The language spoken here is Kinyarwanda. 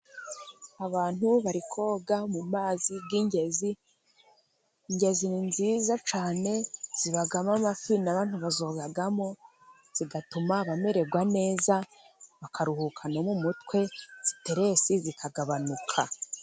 Abantu bari koga mu mazi y'ingezi, ingezi nziza cyane zibamo amafi, n'abantu bazogamo zigatuma bamererwa neza, bakaruhuka mu mutwe siteresi zikagabanuka.